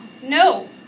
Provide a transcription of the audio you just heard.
No